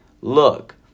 Look